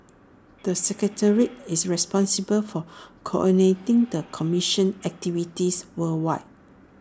the secretariat is responsible for coordinating the commission's activities worldwide